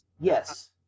Yes